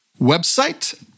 website